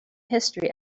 history